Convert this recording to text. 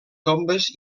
tombes